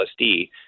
LSD